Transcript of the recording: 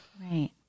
Right